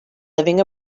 living